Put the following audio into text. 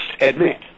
admit